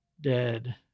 dead